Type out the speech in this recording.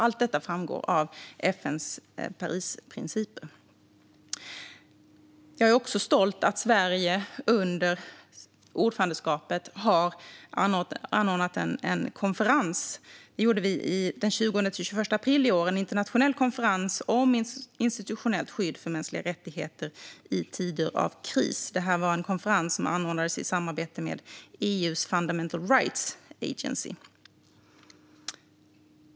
Jag är också stolt över att Sverige under ordförandeskapet, den 20-21 april i år, anordnade en internationell konferens om institutionellt skydd för mänskliga rättigheter i tider av kris. Det här var en konferens som anordnades i samarbete med EU:s Fundamental Rights Agency.